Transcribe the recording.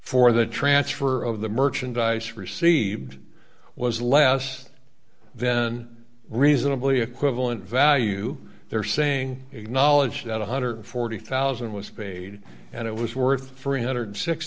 for the transfer of the merchandise received was less then reasonably equivalent value they're saying acknowledge that one hundred and forty thousand was paid and it was worth three hundred and six